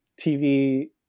TV